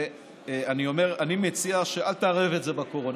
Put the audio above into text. אני מציע, אל תערב את זה בקורונה.